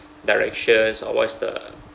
directions or what's the